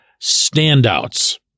standouts